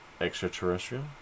extraterrestrial